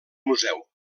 museu